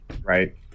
right